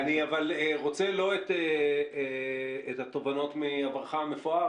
אני אבל רוצה לא את התובנות מעברך המפואר,